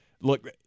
look